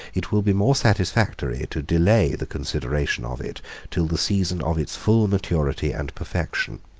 it will be more satisfactory to delay the consideration of it till the season of its full maturity and perfection.